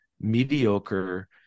mediocre